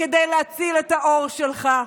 כדי להציל את העור שלך.